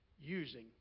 using